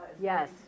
Yes